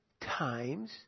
times